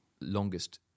longest